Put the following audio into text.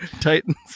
Titans